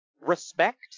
Respect